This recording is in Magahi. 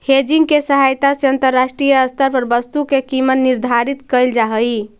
हेजिंग के सहायता से अंतरराष्ट्रीय स्तर पर वस्तु के कीमत निर्धारित कैल जा हई